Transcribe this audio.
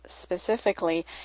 specifically